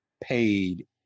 paid